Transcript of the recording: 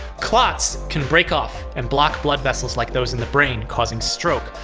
clots can break off and block blood vessels like those in the brain, causing stroke.